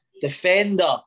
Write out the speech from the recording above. Defender